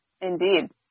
Indeed